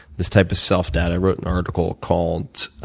this type of self-doubt, i wrote an article called